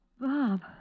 Bob